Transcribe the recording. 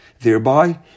thereby